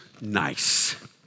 nice